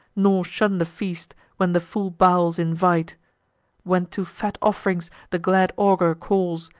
nor shun the feast, when the full bowls invite when to fat off'rings the glad augur calls,